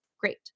great